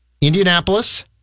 Indianapolis